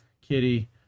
Kitty